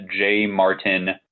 jmartin